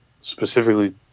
specifically